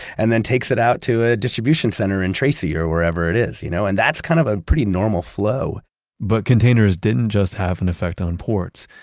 and then takes it out to a distribution center in tracy or wherever it is. you know and that's kind of a pretty normal flow but containers didn't just have an effect on ports.